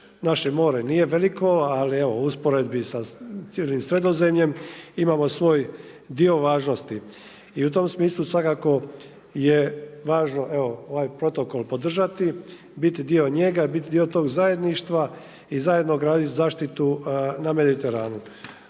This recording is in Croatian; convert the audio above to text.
Naše more nije veliko, ali evo u usporedbi sa cijelim Sredozemljem imamo svoj dio važnosti. I u tom smislu svakako je važno, evo ovaj protokol podržati, biti dio njega, biti dio tog zajedništva i zajedno graditi zaštitu na Mediteranu.